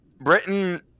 Britain